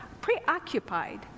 preoccupied